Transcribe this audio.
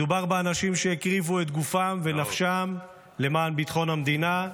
מדובר באנשים שהקריבו את גופם ונפשם למען ביטחון המדינה,